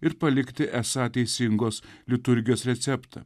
ir palikti esą teisingos liturgijos receptą